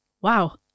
wow